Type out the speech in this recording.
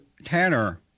tanner